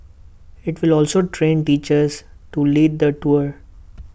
IT will also train teachers to lead the tours